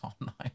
online